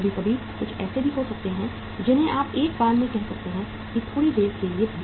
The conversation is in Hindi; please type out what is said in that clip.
कभी कभी कुछ ऐसे भी हो सकते हैं जिन्हें आप एक बार में कह सकते हैं कि थोड़ी देर के लिए भी